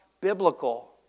biblical